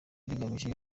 rigamije